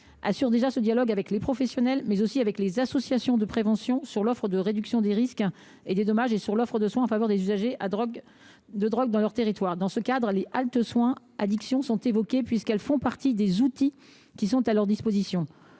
assurent déjà ce dialogue avec les professionnels, mais aussi avec les associations de prévention, sur l’offre de réduction des risques et des dommages et sur l’offre de soins en faveur des usagers de drogue dans leur territoire. Dans ce cadre, les haltes « soins addictions » sont évoquées, puisqu’elles font partie des outils existants. Au delà